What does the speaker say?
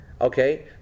okay